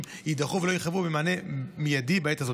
יידחו ולא יחייבו מענה מיידי בעת הזו.